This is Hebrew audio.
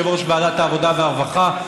יושב-ראש ועדת העבודה והרווחה.